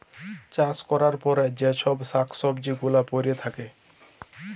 চাষ ক্যরার পরে যে চ্ছব শাক সবজি গুলা পরে থাক্যে